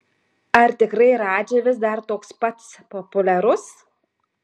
ar tikrai radži vis dar toks pats populiarus